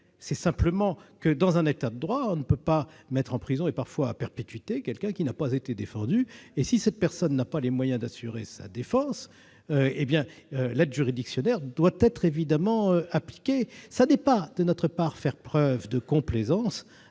lui. Simplement, dans un État de droit, on ne peut pas mettre en prison, parfois à perpétuité, quelqu'un qui n'a pas été défendu. Et si cette personne n'a pas les moyens d'assurer sa défense, l'aide juridictionnelle doit évidemment être appliquée. Ce n'est pas faire preuve de complaisance